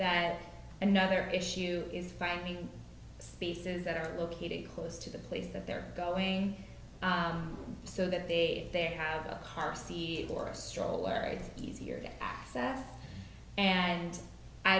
that another issue is finding spaces that are located close to the place that they're going so that they they have a car seat or stroller it's easier to access and i